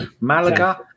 Malaga